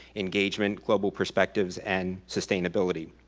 engagement, global perspectives and sustainability.